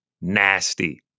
nasty